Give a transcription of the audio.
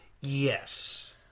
Yes